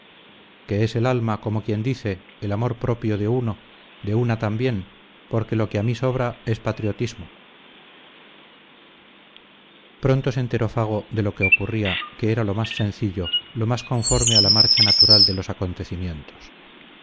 que es el alma como quien dice el amor propio de uno de una también porque lo que aquí sobra es patriotismo pronto se enteró fago de lo que ocurría que era lo más sencillo lo más conforme a la marcha natural de los acontecimientos